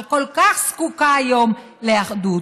שכל כך זקוקה היום לאחדות?